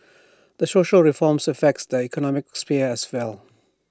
these social reforms affect the economic sphere as well